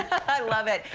i love it.